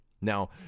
Now